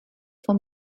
for